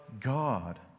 God